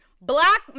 Black